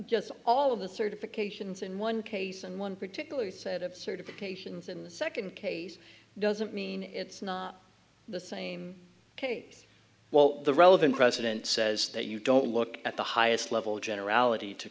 just all of the third occasions in one case and one particular set of certifications in the second case doesn't mean it's not the same case well the relevant president says that you don't look at the highest level of generality to